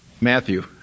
Matthew